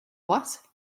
what